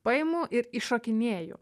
paimu ir įšokinėju